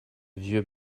vieux